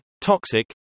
Toxic